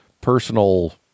personal